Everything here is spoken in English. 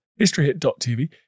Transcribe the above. historyhit.tv